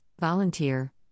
volunteer